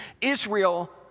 Israel